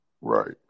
right